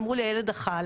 אמרו לי, הילד אכל.